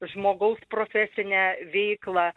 žmogaus profesinę veiklą